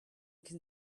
can